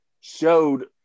showed